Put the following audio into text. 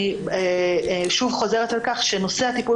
אני שוב חוזרת על כך ואומרת שנושא הטיפול